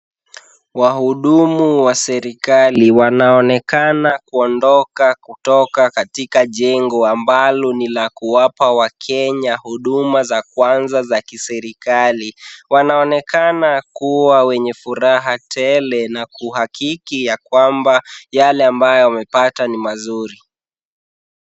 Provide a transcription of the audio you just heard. Wahudumu wa serikali wanaonekana kuondoka kutoka katika jengo, ambalo ni la kuwapa wakenya huduma za kwanza za kiserikali. Wanaonekana kuwa wenye furaha tele na kuhakiki ya kwamba yale ambayo wamepata ni mazuri.